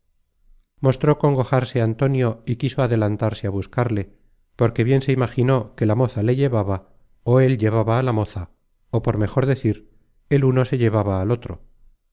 mostró congojarse antonio y quiso adelantarse á buscarle porque bien se imaginó que la moza le llevaba ó él llevaba a la moza ó por mejor decir el uno se llevaba al otro pero